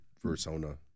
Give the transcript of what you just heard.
persona